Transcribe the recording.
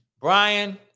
Brian